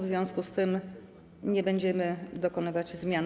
W związku z tym nie będziemy dokonywać zmian.